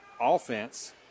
offense